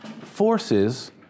forces